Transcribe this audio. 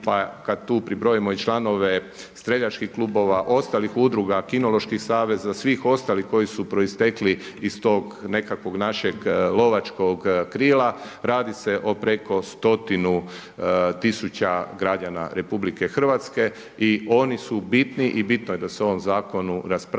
pa kada tu pribrojimo i članove streljačkih klubova, ostalih udruga, kinoloških saveza, svih ostalih koji su proistekli iz tog nekakvog našeg lovačko krila radi se o preko stotinu tisuća građana RH i oni su bitni. I bitno je da da o ovom zakonu raspravlja.